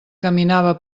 caminava